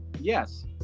Yes